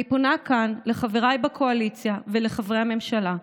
אני פונה כאן לחבריי בקואליציה ולחברי הממשלה: